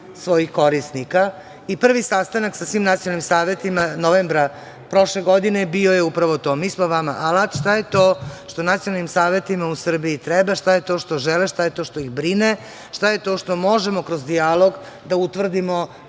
svojih korisnika i prvi sastanak sa svim nacionalnim savetima novembra prošle godine bio je upravo to. Mi smo vama alat, šta je to što nacionalnim savetima u Srbiji treba, šta je to što žele, šta je to što ih brine, šta je to što možemo kroz dijalog da utvrdimo,